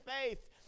faith